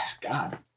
god